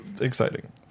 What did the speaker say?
exciting